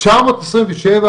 תשע מאות עשרים ושבע,